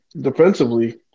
Defensively